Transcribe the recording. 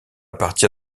partir